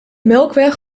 melkweg